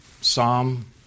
psalm